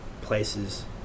places